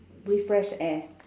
breathe fresh air